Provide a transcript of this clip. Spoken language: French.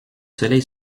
soleil